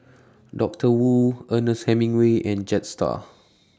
Doctor Wu Ernest Hemingway and Jetstar